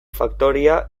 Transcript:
faktoria